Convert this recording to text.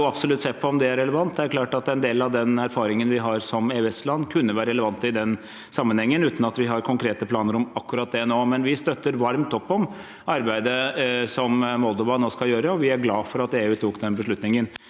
kan man absolutt se på om er relevant. Det er klart at en del av den erfaringen vi har som EØS-land, kan være relevant i den sammenhengen, uten at vi har konkrete planer om akkurat det nå. Men vi støtter varmt opp om arbeidet som Moldova nå skal gjøre, og vi er glade for at EU tok den beslutningen.